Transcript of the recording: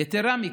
יתרה מזו,